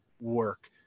work